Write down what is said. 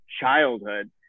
childhood